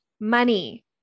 money